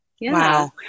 Wow